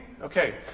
Okay